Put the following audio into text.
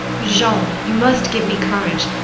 but jean you must give me courage.